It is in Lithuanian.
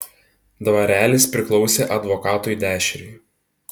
dvarelis priklausė advokatui dešriui